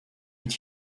est